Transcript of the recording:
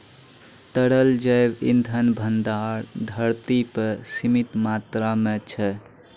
तरल जैव इंधन भंडार धरती पर सीमित मात्रा म छै